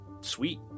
sweet